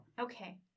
Okay